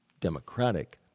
democratic